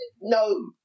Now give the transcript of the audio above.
no